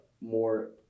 more